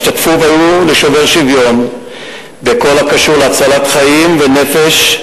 השתתפו והיו לשובר שוויון בכל הקשור להצלת חיים ונפש,